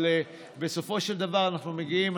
אבל בסופו של דבר אנחנו מגיעים,